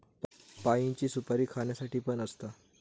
पाइनची सुपारी खाण्यासाठी पण असता